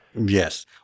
Yes